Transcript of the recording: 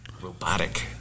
robotic